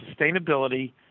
sustainability